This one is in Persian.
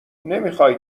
نمیخای